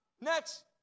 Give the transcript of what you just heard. next